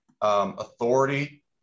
authority